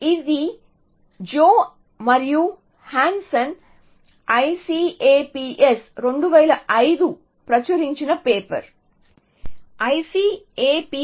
ఇది జౌ మరియు Hansen ICAPS 2005 ప్రచురించిన పేపర్